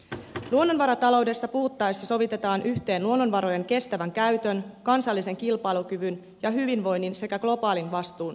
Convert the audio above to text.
luonnonvarataloudesta puhuttaessa sovitetaan yhteen luonnonvarojen kestävän käytön kansallisen kilpailukyvyn ja hyvinvoinnin sekä globaalin vastuun tavoitteita